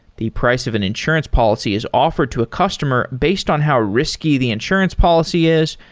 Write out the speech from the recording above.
the price of an insurance policy is offered to a customer based on how risky the insurance policy is,